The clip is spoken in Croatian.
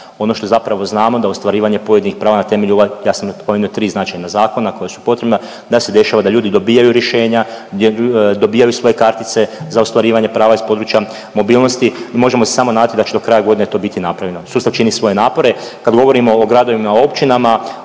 Ono što zapravo znamo da ostvarivanje pojedinih prava na temelju ova, ja sam nabrojio 3 značajna zakona koja su potrebna, da se dešava da ljudi dobijaju rješenja, gdje dobivaju svoje kartice za ostvarivanje prava iz područja mobilnosti i možemo se samo nadati da će do kraja godine to biti napravljeno. Sustav čini svoje napore kad govorimo o gradovima, općinama,